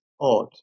odd